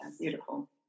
beautiful